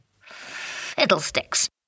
Fiddlesticks